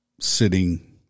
sitting